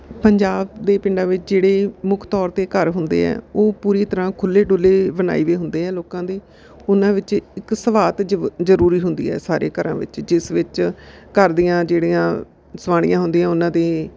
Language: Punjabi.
ਪੰਜਾਬ ਦੇ ਪਿੰਡਾਂ ਵਿੱਚ ਜਿਹੜੇ ਮੁੱਖ ਤੌਰ 'ਤੇ ਘਰ ਹੁੰਦੇ ਆ ਉਹ ਪੂਰੀ ਤਰ੍ਹਾਂ ਖੁੱਲ੍ਹੇ ਡੁੱਲੇ ਬਣਾਏ ਵੇ ਹੁੰਦੇ ਆ ਲੋਕਾਂ ਦੇ ਉਹਨਾਂ ਵਿੱਚ ਇੱਕ ਸਵਾਤ ਜਵ ਜ਼ਰੂਰੀ ਹੁੰਦੀ ਹੈ ਸਾਰੇ ਘਰਾਂ ਵਿੱਚ ਜਿਸ ਵਿੱਚ ਘਰ ਦੀਆਂ ਜਿਹੜੀਆਂ ਸੁਆਣੀਆਂ ਹੁੰਦੀਆਂ ਉਹਨਾਂ ਦੇ